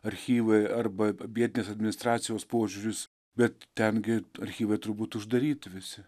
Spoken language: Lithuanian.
archyvai arba vietinės administracijos požiūris bet ten gi archyvai turbūt uždaryti visi